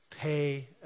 pay